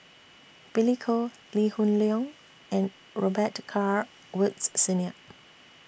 Billy Koh Lee Hoon Leong and Robet Carr Woods Senior